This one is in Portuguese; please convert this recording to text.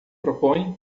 propõe